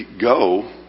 go